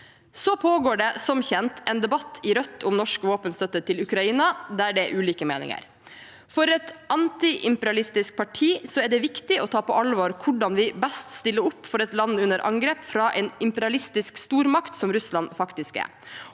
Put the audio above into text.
Så pågår det som kjent en debatt i Rødt om norsk våpenstøtte til Ukraina der det er ulike meninger. For et anti-imperialistisk parti er det viktig å ta på alvor hvordan vi best stiller opp for et land under angrep fra en imperialistisk stormakt, som Russland faktisk er,